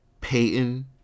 Peyton